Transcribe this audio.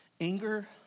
Anger